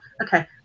Okay